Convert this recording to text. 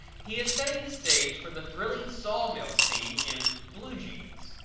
he is setting the stage for the thrilling sawmill scene in blue jeans.